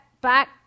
back